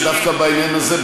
ואני חושב שדווקא בעניין הזה,